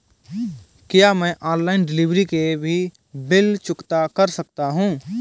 क्या मैं online delivery के भी बिल चुकता कर सकता हूँ?